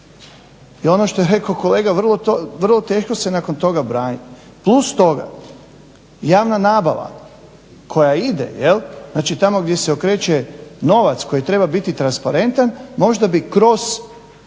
I ono što je rekao kolega vrlo teško se nakon toga braniti. Plus toga javna nabava koja ide, znači tamo gdje se okreće novac koji treba biti transparentan možda bi kroz